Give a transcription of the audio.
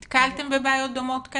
נתקלתם בבעיות דומות?